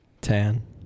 Tan